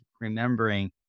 remembering